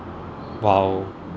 while